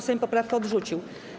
Sejm poprawkę odrzucił.